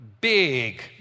big